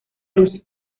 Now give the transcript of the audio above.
luz